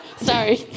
Sorry